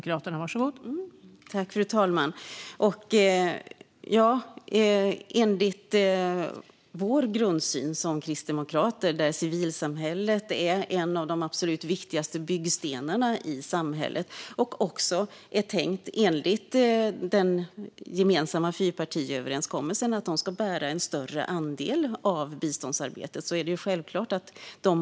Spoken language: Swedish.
Fru talman! Enligt vår grundsyn som kristdemokrater, där civilsamhället är en av de absolut viktigaste byggstenarna i samhället, är det självklart att civilsamhället ska involveras. Det är också enligt den gemensamma fyrpartiöverenskommelsen tänkt att civilsamhället ska bära en större andel av biståndsarbetet.